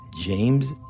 James